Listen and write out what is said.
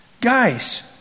Guys